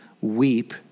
weep